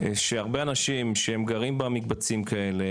שהרבה אנשים שהם גרים במקבצים כאלה,